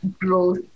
growth